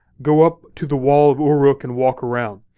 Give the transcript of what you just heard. go up to the wall of uruk and walk around.